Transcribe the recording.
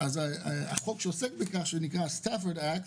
החוק שעוסק בכך, ה-Stafford Act,